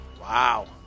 Wow